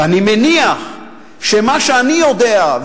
ואני מניח שמה שאני יודע,